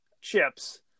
Chips